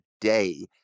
today